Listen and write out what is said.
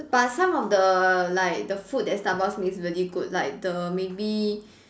but some of the like the food that Starbucks make is very good like the maybe